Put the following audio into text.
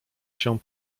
się